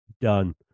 done